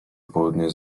południu